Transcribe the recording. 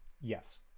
Yes